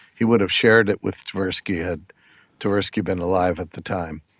he would have shared it with tversky had tversky been alive at the time.